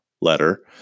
letter